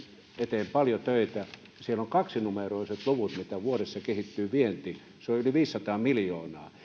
eteen paljon töitä siellä on kaksinumeroiset luvut mitä vuodessa kehittyy vienti se on yli viisisataa miljoonaa